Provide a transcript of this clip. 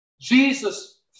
Jesus